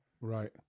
Right